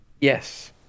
Yes